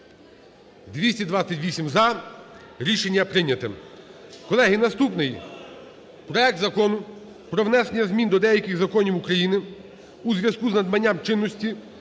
– за. Рішення прийняте.